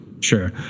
sure